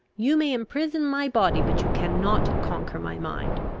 you may imprison my body, but you cannot conquer my mind.